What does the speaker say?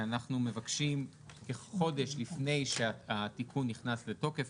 שאנחנו מבקשים כחודש לפני שהתיקון נכנס לתוקף,